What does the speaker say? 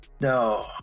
No